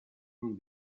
non